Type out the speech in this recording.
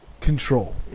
control